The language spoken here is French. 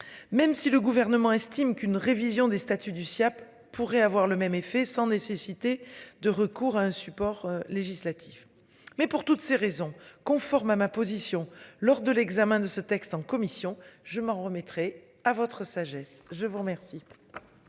Même si le gouvernement estime qu'une révision des statuts du Siaap pourrait avoir le même effet, sans nécessiter de recours à un support législatif mais pour toutes ces raisons conforme à ma position lors de l'examen de ce texte en commission, je m'en remettrai à votre sagesse, je vous remercie.